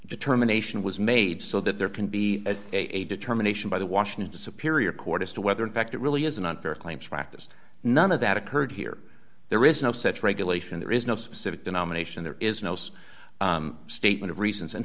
determination was made so that there can be a determination by the washington superior court as to whether in fact it really is an unfair claims practice none of that occurred here there is no such regulation there is no specific denomination there is no such statement of reasons in